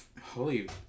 Holy